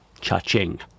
Cha-ching